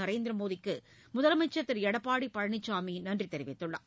நரேந்திர மோடிக்கு முதலமைச்சர் திரு எடப்பாடி பழனிசாமி நன்றி தெரிவித்துள்ளார்